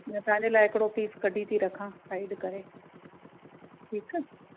तव्हांजे लाइ हिकिड़ो पीस कढी थी रखां साइड करे ठीकु आहे